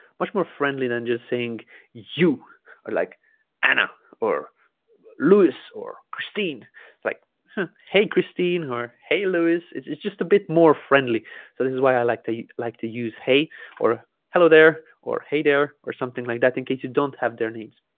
much more friendly than just saying you are like anna or luis or christine like hey christine or hey luis it's it's just a bit more friendly so this is why i like to like to use hey or hello there or hey there or something like that in case you don't have their names